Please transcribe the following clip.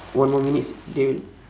one more minutes they will